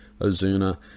Ozuna